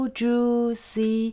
juicy